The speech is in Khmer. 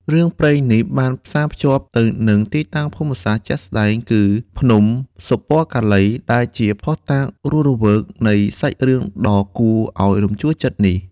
រឿងព្រេងនេះបានផ្សារភ្ជាប់ទៅនឹងទីតាំងភូមិសាស្ត្រជាក់ស្តែង គឺភ្នំសុពណ៌កាឡី ដែលជាភស្តុតាងរស់រវើកនៃសាច់រឿងដ៏គួរឲ្យរំជួលចិត្តនេះ។